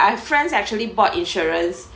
I have friends actually bought insurance